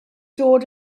dod